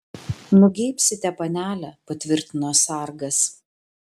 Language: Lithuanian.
nugeibsite panele patvirtino sargas